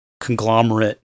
conglomerate